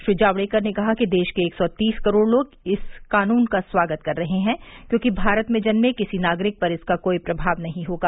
श्री जावडेकर ने कहा कि देश के एक सौ तीस करोड़ लोग इस कानून का स्वागत कर रहे हैं क्योंकि भारत में जन्मे किसी नागरिक पर इसका कोई प्रमाव नही होगा